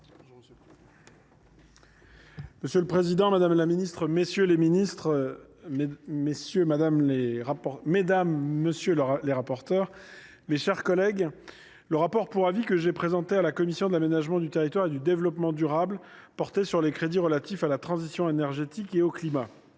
Monsieur le président, madame, messieurs les ministres, mes chers collègues, le rapport pour avis que j’ai présenté à la commission de l’aménagement du territoire et du développement durable porte sur les crédits relatifs à la transition énergétique et au climat.